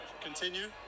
continue